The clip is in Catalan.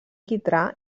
quitrà